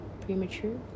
Premature